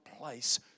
place